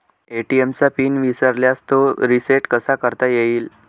ATM चा pin विसरल्यास तो रिसेट कसा करता येईल?